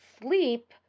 sleep